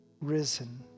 risen